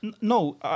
No